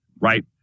right